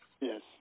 Yes